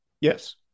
yes